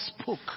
spoke